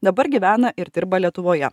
dabar gyvena ir dirba lietuvoje